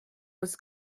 was